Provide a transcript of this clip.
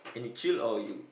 any chill or you